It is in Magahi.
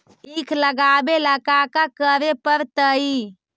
ईख लगावे ला का का करे पड़तैई?